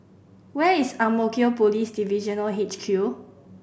where is Ang Mo Kio Police Divisional H Q